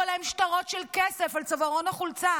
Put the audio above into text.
עליהם שטרות של כסף על צווארון החולצה.